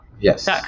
Yes